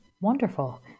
Wonderful